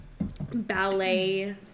ballet